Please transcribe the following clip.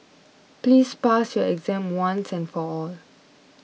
please pass your exam once and for all